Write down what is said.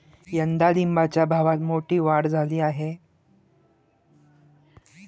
यंदा बाजारात लिंबाच्या भावात मोठी वाढ झाली आहे